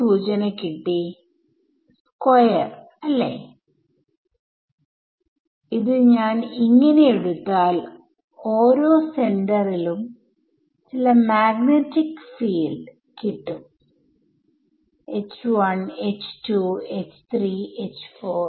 ഇതാണ് wave equation ഇത് continuous കോഓർഡിനേറ്റ്സിൽആണ് പക്ഷേ ഡിസ്ക്രിടൈസ് വേർഷനിൽഇതെല്ലാം നമ്മൾ ചെയ്ത ടെർമുകൾ ആണ്